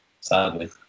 sadly